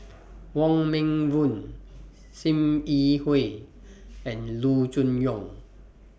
Wong Meng Voon SIM Yi Hui and Loo Choon Yong